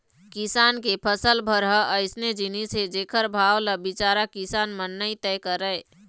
किसान के फसल भर ह अइसन जिनिस हे जेखर भाव ल बिचारा किसान मन नइ तय करय